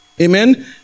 Amen